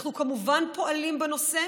אנחנו כמובן פועלים בנושא,